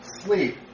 sleep